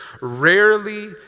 rarely